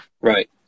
Right